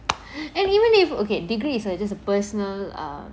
and even if okay degree it's a just a personal err